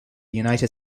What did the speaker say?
united